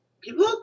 people